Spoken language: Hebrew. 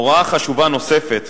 הוראה חשובה נוספת,